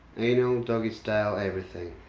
anal, doggy style, everything.